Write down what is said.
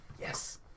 Yes